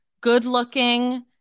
good-looking